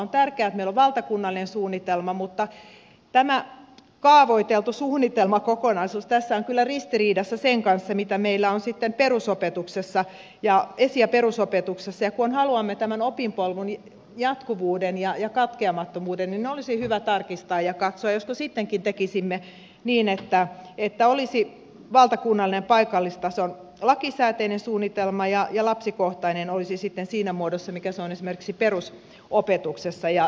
on tärkeää että meillä on valtakunnallinen suunnitelma mutta tämä kaavoiteltu suunnitelmakokonaisuus tässä on kyllä ristiriidassa sen kanssa mitä meillä on sitten esi ja perusopetuksessa ja kun haluamme taata tämän opinpolun jatkuvuuden ja katkeamattomuuden niin olisi hyvä tarkistaa ja katsoa josko sittenkin tekisimme niin että olisi valtakunnallinen paikallistason lakisääteinen suunnitelma ja lapsikohtainen olisi sitten siinä muodossa mikä se on esimerkiksi perusopetuksessa